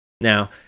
Now